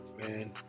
Man